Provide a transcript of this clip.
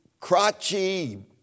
crotchy